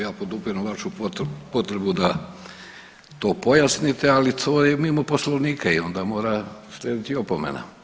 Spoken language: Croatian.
Ja podupirem vašu potrebu da to pojasnite, ali to je mimo Poslovnika i onda mora slijediti opomena.